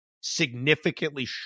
significantly